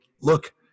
look